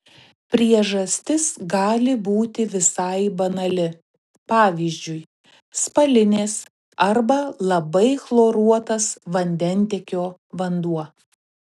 priežastis gali būti visai banali pavyzdžiui spalinės arba labai chloruotas vandentiekio vanduo